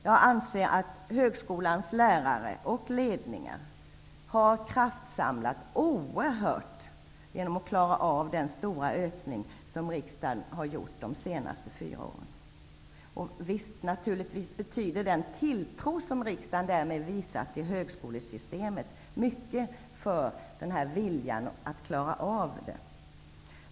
Jag anser att högskolans lärare och ledningar har kraftsamlat oerhört genom att klara av den stora ökning som riksdagen har fattat beslut om under de senaste fyra åren. Naturligtvis betyder den tilltro som riksdagen därmed visat högskolesystemet mycket för viljan att klara av detta.